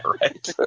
right